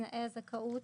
תנאי הזכאות